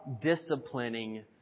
disciplining